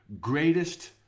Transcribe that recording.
greatest